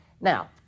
Now